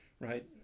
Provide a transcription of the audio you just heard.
right